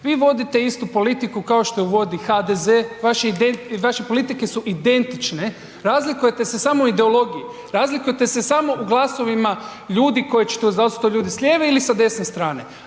Vi vodite istu politiku kao što ju vodi HDZ, vaše politike su identične. Razlikujete se samo u ideologiji razlikujete se samo u glasovima ljudi koji će, da li su to ljudi s lijeve ili sa desne strane,